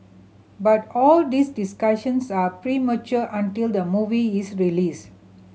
but all these discussions are premature until the movie is released